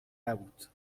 نبود